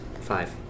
Five